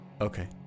Okay